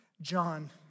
John